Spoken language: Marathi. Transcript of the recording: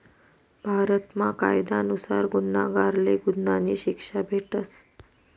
भारतमा कायदा नुसार गुन्हागारले गुन्हानी शिक्षा भेटस